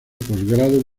postgrado